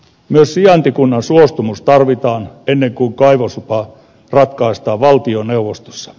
myös sijaintikunnan suostumus tarvitaan ennen kuin kaivoslupa ratkaistaan valtioneuvostossa